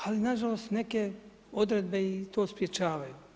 Ali nažalost neke odredbe i to sprječavaju.